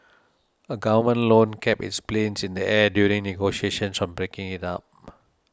a government loan kept its planes in the air during negotiations on breaking it up